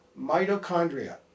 mitochondria